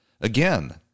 Again